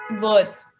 words